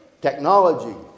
technology